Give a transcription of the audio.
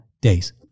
days